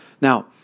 Now